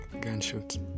gunshots